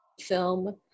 film